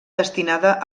destinada